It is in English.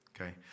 Okay